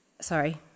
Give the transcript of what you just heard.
Sorry